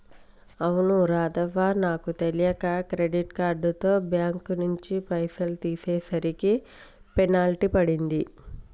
అవును రాధవ్వ నాకు తెలియక క్రెడిట్ కార్డుతో బ్యాంకు నుంచి పైసలు తీసేసరికి పెనాల్టీ పడింది